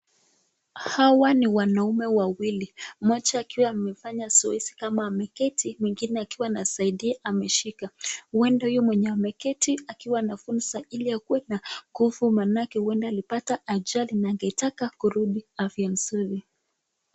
Hawa ni wanaume wawili. Mmoja akiwa amefanya zoezi akiwa ameketi, mwingine akiwa anasaidia amshika. Huenda huyu mwenye ameketi akiwa anafunza ili akuwe na kofu manake huenda alipata ajali na angetaka kurudi afya nzuri.